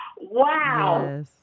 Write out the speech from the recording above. wow